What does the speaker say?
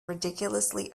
ridiculously